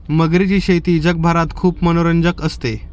मगरीची शेती जगभरात खूप मनोरंजक असते